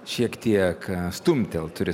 šiek tiek stumtelt turi